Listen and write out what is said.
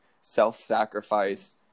self-sacrifice